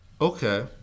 Okay